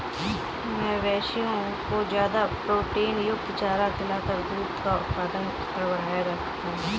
मवेशियों को ज्यादा प्रोटीनयुक्त चारा खिलाकर दूध का उत्पादन स्तर बढ़ाया जा सकता है